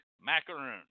macaroon